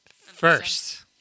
first